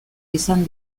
izan